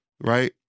Right